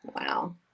Wow